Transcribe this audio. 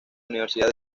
universidad